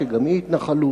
שגם היא התנחלות,